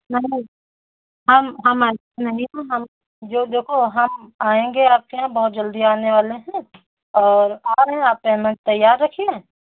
हम हम आज नहीं हम जो देखो हम आएंगे आपके यहाँ बहुत जल्दी आने वाले हैं और आ रहे हैं आप पेमेंट तैयार रखिए